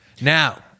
Now